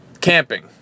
Camping